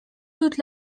toute